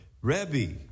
Rebbe